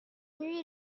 nuit